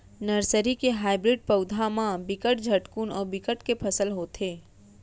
nursery के hybrid पउधा म बिकट झटकुन अउ बिकट के फसल होथे